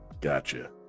Gotcha